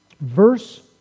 Verse